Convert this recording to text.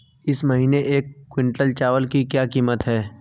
इस महीने एक क्विंटल चावल की क्या कीमत है?